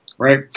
Right